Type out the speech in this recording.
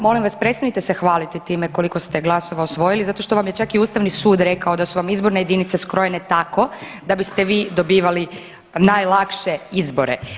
Molim vas, prestanite se hvaliti time koliko ste glasova osvojili zato što vam je čak i Ustavni sud rekao da su vam izborne jedinice skrojene tako da biste vi dobivali najlakše izbore.